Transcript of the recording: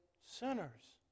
sinners